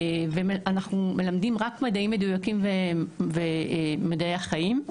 ואנחנו מלמדים רק מדעים מדויקים ומדעי החיים,